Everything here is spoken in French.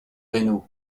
reynaud